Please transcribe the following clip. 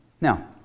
Now